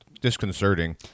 disconcerting